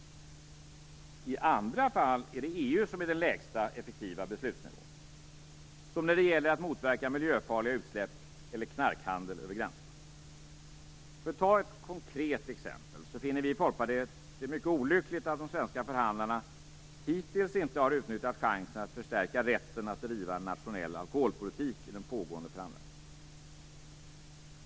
I andra fall är det EU som är den lägsta effektiva beslutsnivån, som när det gäller att motverka miljöfarliga utsläpp eller knarkhandel över gränserna. För att ta ett konkret exempel finner vi i Folkpartiet det mycket olyckligt att de svenska förhandlarna hittills inte har utnyttjat chansen att förstärka rätten att driva en nationell alkoholpolitik i de pågående förhandlingarna.